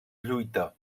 lluita